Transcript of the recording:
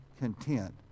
content